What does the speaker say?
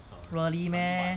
really meh